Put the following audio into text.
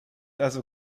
also